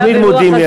תמיד מודים לי,